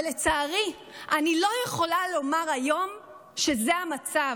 אבל לצערי אני לא יכולה לומר היום שזה המצב,